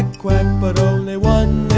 and quack but only one